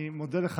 אני מודה גם לך,